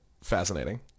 fascinating